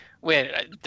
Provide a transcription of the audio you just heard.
Wait